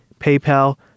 PayPal